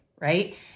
right